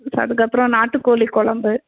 அதற்கப்றோம் நாட்டுக் கோழி குழம்பு